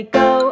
go